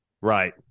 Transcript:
Right